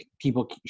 people